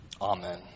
Amen